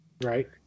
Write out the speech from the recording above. right